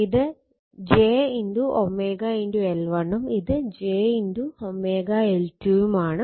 ഇത് j L1 ഉം ഇത് j L2 ഉം ആണ്